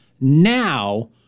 now